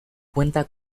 cuenta